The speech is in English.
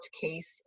case